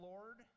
Lord